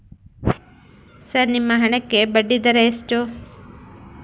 Sir ನಿಮ್ಮ ಹಣಕ್ಕೆ ಬಡ್ಡಿದರ ಎಷ್ಟು?